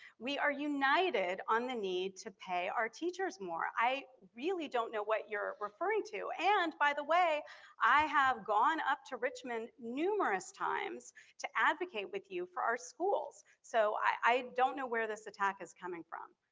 we are united on the need to pay our teachers more. i really don't know what you're referring to and by the way i have gone up to richmond numerous times to advocate with you for our schools. so i i don't know where this attack is coming from.